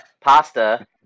Pasta